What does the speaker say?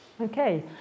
Okay